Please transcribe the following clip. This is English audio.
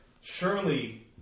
Surely